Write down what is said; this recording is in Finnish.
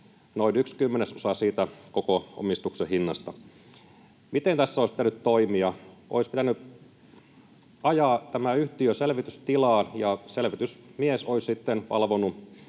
noin yksi kymmenesosa siitä koko omistuksen hinnasta. Miten tässä olisi pitänyt toimia? Olisi pitänyt ajaa tämä yhtiö selvitystilaan, ja selvitysmies olisi sitten valvonut